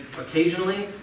occasionally